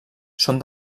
són